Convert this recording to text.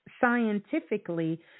scientifically